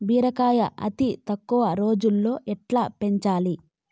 బీరకాయ అతి తక్కువ రోజుల్లో ఎట్లా పెంచాలి?